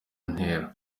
ntera